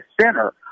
center